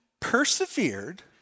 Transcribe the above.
persevered